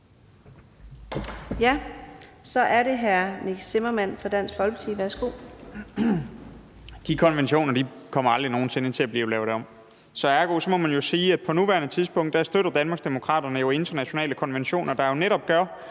Så er det hr. Nick Zimmermann fra Dansk Folkeparti. Værsgo. Kl. 10:46 Nick Zimmermann (DF): De konventioner kommer aldrig nogen sinde til at blive lavet om. Ergo må man sige, at på nuværende tidspunkt støtter Danmarksdemokraterne internationale konventioner, der netop gør,